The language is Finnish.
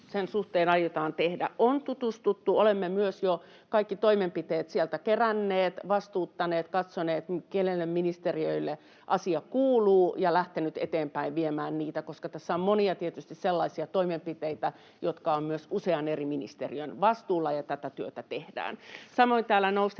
sen suhteen aiotaan tehdä: On tutustuttu, olemme myös jo kaikki toimenpiteet sieltä keränneet, vastuuttaneet, katsoneet, mille ministeriöille asia kuuluu, ja lähteneet eteenpäin viemään niitä, koska tässä on tietysti monia sellaisia toimenpiteitä, jotka ovat myös usean eri ministeriön vastuulla, ja tätä työtä tehdään. Samoin täällä nostettiin